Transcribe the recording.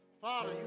Father